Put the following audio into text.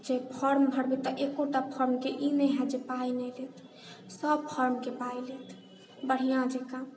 जे फॉर्म भरबै तऽ एकोटा फॉर्मके ई नहि हैत जे पाइ नहि लेत सब फॉर्मके पाइ लेत बढ़िआँ जकाँ